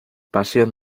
pasión